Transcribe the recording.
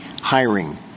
hiring